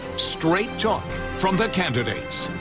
straight talk from the candidates.